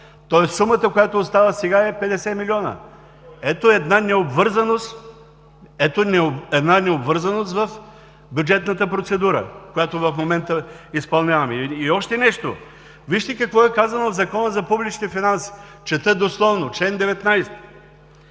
Сумата, която остава сега, е 50 милиона. Ето една необвързаност в бюджетната процедура, която в момента изпълняваме. Още нещо! Вижте какво е казано в Закона за публичните финанси. Чета дословно: „Чл. 19.